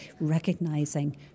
recognising